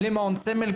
למעון סמל,